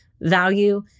value